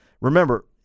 Remember